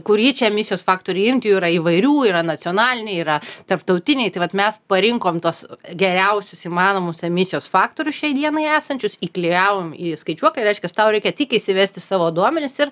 kurį čia emisijos faktorių imt jų yra įvairių yra nacionaliniai yra tarptautiniai tai vat mes parinkom tuos geriausius įmanomus emisijos faktorius šiai dienai esančius įklijavom į skaičiuoklę reiškias tau reikia tik įsivesti savo duomenis ir